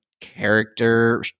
character